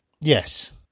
Yes